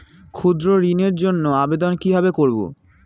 ক্ষুদ্র ঋণের জন্য আবেদন কিভাবে করব?